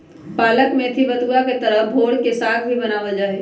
पालक मेथी बथुआ के तरह भोर के साग भी बनावल जाहई